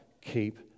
keep